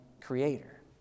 Creator